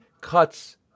cuts